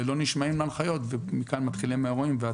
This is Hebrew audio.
לא נשמעים להנחיות ומכאן מתחילים האירועים.